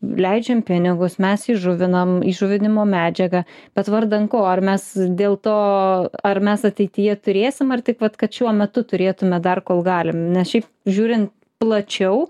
leidžiam pinigus mes įžuvinam įžuvinimo medžiaga bet vardan ko ar mes dėl to ar mes ateityje turėsim ar tik vat kad šiuo metu turėtume dar kol galim nes šiaip žiūrint plačiau